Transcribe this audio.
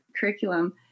curriculum